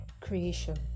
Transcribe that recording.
creation